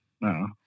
No